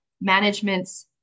management's